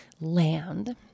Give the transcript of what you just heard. land